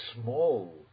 small